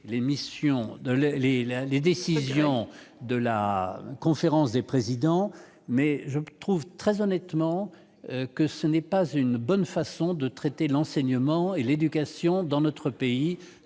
les décisions de la conférence des présidents, mais je trouve très honnêtement que ce n'est pas une bonne façon de traiter l'enseignement et l'éducation dans notre pays